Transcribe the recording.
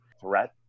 threat